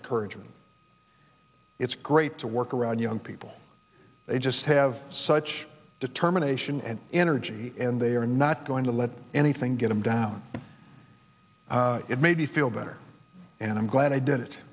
encouragement it's great to work around young people they just have such determination and energy and they are not going to let anything get him down it made me feel better and i'm glad i did it